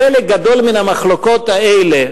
חלק גדול מן המחלוקות האלה,